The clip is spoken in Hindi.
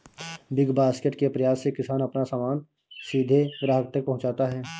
बिग बास्केट के प्रयास से किसान अपना सामान सीधे ग्राहक तक पहुंचाता है